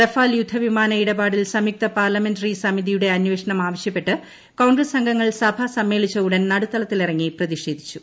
Rafale യുദ്ധ വിമാന ഇടപാടിൽ സംയുക്ത പ്പാർലമെന്ററി സമിതിയുടെ അന്വേഷണം ആവശ്യപ്പെട്ട് കോൺഗ്രസ് അംഗങ്ങൾ സഭ സമ്മേളിച്ച ഉടൻ നടുത്തളത്തിലിറങ്ങി പ്രതിഷേധിച്ചു